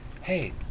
hey